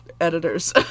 editors